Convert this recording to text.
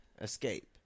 escape